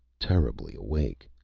terribly awake.